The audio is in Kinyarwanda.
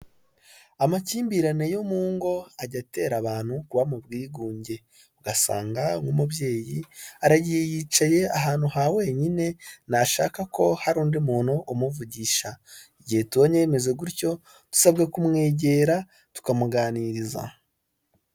Amakimbirane yo mu ngo ajya atera abantu kuba mu bwigunge ugasanga nk'umubyeyi aragiye yicaye ahantu ha wenyine, ntashaka ko hari undi muntu umuvugisha, igihe tubonye bimeze gutyo dusabwe kumwegera tukamuganiriza.